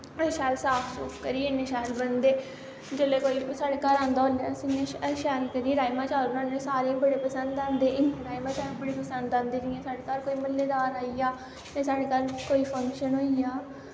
शैल साफ सूफ करियै इन्ने शैल बनदे जिसलै कोई साढ़े घर आंदा उसलै अस इयां शैल करियै राजमा चावल बनाने सारेंई बड़े पसंद आंदे इयां राजमा चावल बड़े पसंद आंदे जियां साढ़े घर कोई मह्ल्लेदार आई जा ते साढ़े घर जां कोई फंक्शन होई जा